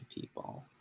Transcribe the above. People